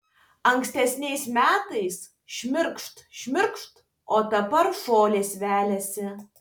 ankstesniais metais šmirkšt šmirkšt o dabar žolės veliasi